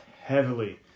heavily